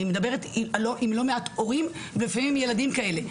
אני מדברת עם לא מעט הורים ולפעמים עם ילדים כאלה.